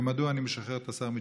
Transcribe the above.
ומדוע אני משחרר את השר מתשובה?